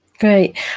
Great